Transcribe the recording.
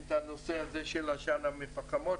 את הנושא הזה של עשן המפחמות.